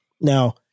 Now